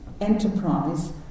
enterprise